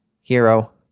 Hero